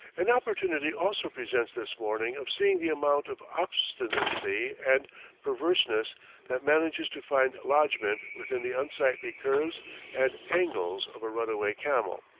an opportunity also presents this morning of seeing the amount of obstinacy and perverseness that manages to find lodgement within the unsightly curves and angles of a runaway camel.